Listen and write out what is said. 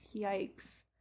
yikes